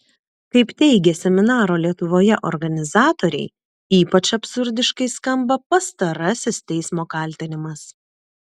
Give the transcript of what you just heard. kaip teigė seminaro lietuvoje organizatoriai ypač absurdiškai skamba pastarasis teismo kaltinimas